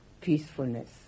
peacefulness